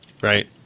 right